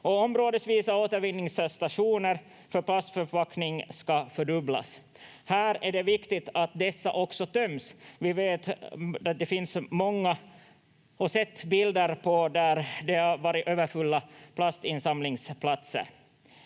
områdesvisa återvinningsstationerna för plastförpackningar ska fördubblas. Här är det viktigt att dessa också töms. Vi vet att det finns — och har sett bilder på — många överfulla plastinsamlingsplatser.